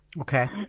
okay